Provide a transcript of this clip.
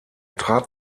trat